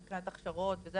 מבחינת הכשרות וכולי,